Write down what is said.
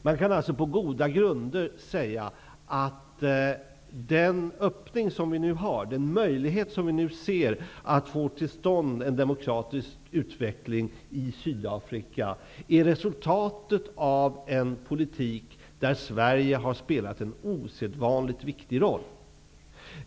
Man kan alltså på goda grunder säga att den öppning vi nu ser, dvs. att få till stånd en demokratisk utveckling i Sydafrika, är resultatet av en politik där Sverige har spelat en osedvanligt viktig roll.